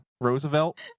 Roosevelt